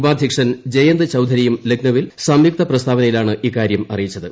ഉപാധൃക്ഷൻ ജയന്ത് ചൌധരിയും ലക്നൌവിൽ സംയുക്ത പ്രസ്താവനയിലാണ് ഇക്കാരൃം അറിയിച്ചത്